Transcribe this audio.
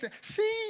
See